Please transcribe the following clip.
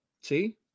See